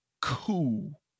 Cool